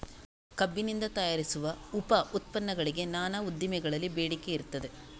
ಕಬ್ಬಿನಿಂದ ತಯಾರಿಸುವ ಉಪ ಉತ್ಪನ್ನಗಳಿಗೆ ನಾನಾ ಉದ್ದಿಮೆಗಳಲ್ಲಿ ಬೇಡಿಕೆ ಇರ್ತದೆ